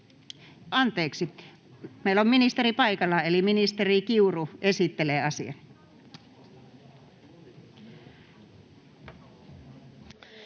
— Meillä on ministeri paikalla, eli ministeri Kiuru esittelee asian.